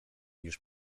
już